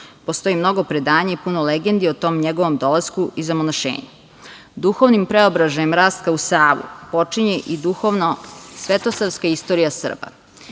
Postoji mnogo predanja i puno legendi o tom njegovom dolasku i zamonašenju. Duhovnim preobraženjem Rastka u Savu počinje i duhovno svetosavska istorija